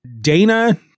Dana